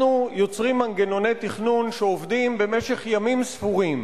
אנחנו יוצרים מנגנוני תכנון שעובדים במשך ימים ספורים,